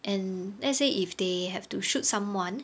and let's say if they have to shoot someone